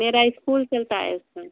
मेरा इस्कूल चलता है सर